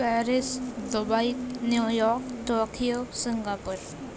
Paris Dubai New York Tokyo Singapore